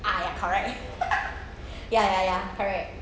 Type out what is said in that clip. ah ya correct ya ya ya correct